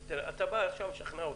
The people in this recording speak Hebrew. אתה בא עכשיו לשכנע אותנו,